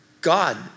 God